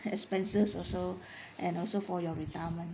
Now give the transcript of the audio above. expenses also and also for your retirement